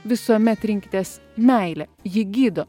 visuomet rinkitės meilę ji gydo